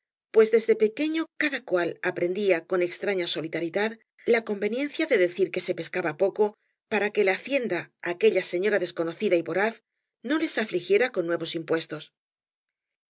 pues desde pequeño cada cual aprendía con extraña solidaridad la conveniencia de decir que se pescaba poco para que la hacienda aquella sefijra desconocida y voraz no lea afligiera con nuevos impuestos